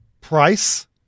price